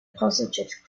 positive